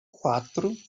quatro